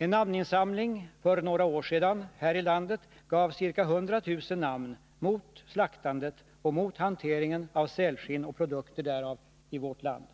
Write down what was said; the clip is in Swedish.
En namninsamling för några år sedan här i landet gav ca 100 000 namn mot slaktandet och mot hanteringen av sälskinn och produkter därav i vårt land.